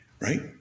right